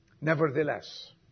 Nevertheless